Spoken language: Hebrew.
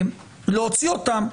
אבל הוציאו אותם,